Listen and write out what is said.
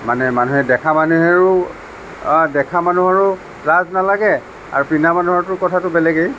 মানে মানুহে দেখা মানুহেও দেখা মানুহৰো লাজ নালাগে আৰু পিন্ধা মানুহৰতো কথাটো বেলেগই